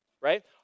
right